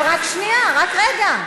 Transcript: אבל רק שנייה, רק רגע.